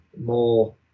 more